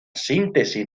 síntesis